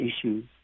issues